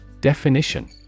Definition